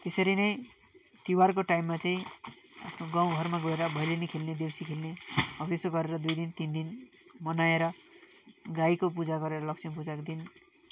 त्यसरी नै तिहारको टाइममा चाहिँ आफ्नो गाउँ घरमा गएर भैलेनी खेल्ने देउसी खेल्ने हो त्यस्तो गरेर दुई दिन तिन दिन मनाएर गाईको पूजा गरेर लक्ष्मी पूजाको दिन